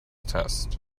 test